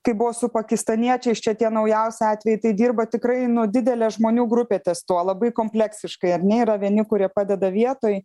kaip buvo su pakistaniečiais čia tie naujausi atvejai tai dirba tikrai nu didelė žmonių grupė ties tuo labai kompleksiškai ar ne yra vieni kurie padeda vietoj